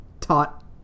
taught